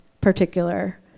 particular